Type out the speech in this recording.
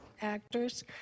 actors